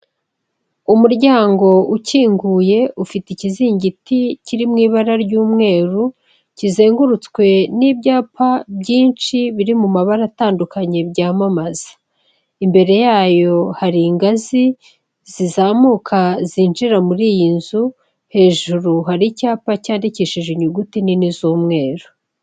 Umuryango ukinguye ufite ikizingiti kiri mu ibara ry'umweru, kizengurutswe n'ibyapa byinshi biri mu mabara atandukanye byamamaza, imbere yayo hari ingazi zizamuka zinjira muri iyi nzu, hejuru hari icyapa cyandikishije inyuguti nini z'umweru.